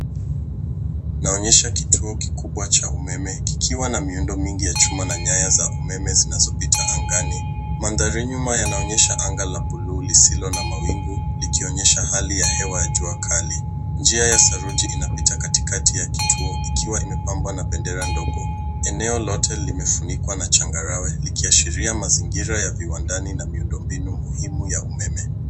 Inaonyesha kituo kikubwa cha umeme kikiwa na miundo mbinu mingi ya chuma na nyaya za umeme zinazopita angani. Mandhari nyuma inaonyesha anga la bluu lisilo na mawingu likionyesha hali ya hewa ya jua kali. Njia ya saruji inapita katikati ya kituo ikiwa imepambwa na bendera ndogo. Eneo lote limefunikwa na changarawe likiashiria mazingira ya viwandani na miundo mbinu muhimu ya umeme.